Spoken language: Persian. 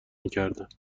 میکردند